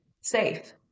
safe